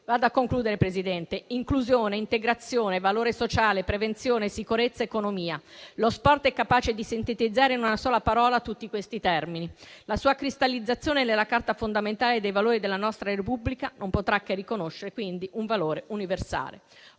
alla conclusione, signor Presidente. Inclusione, integrazione, valore sociale, prevenzione, sicurezza, economia: lo sport è capace di sintetizzare in una sola parola tutti questi termini. La sua cristallizzazione nella Carta fondamentale dei valori della nostra Repubblica non potrà che riconoscergli, quindi, un valore universale.